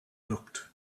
looked